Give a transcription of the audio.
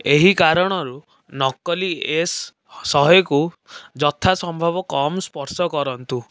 ଏହି କାରଣରୁ ନକଲି ଏସ ଶହେକୁ ଯଥାସମ୍ଭବ କମ୍ ସ୍ପର୍ଶ କରନ୍ତୁ